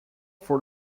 for